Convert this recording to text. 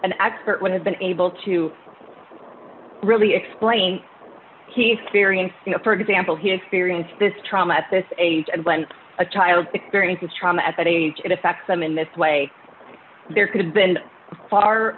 an expert would have been able to really explain he's carrying for example he experienced this trauma at this age and when a child experiences trauma at that age it affects them in this way there could have been far